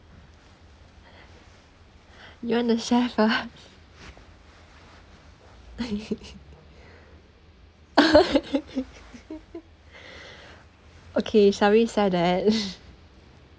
you want to share first okay somebody say that